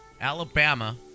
Alabama